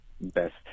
best